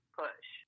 push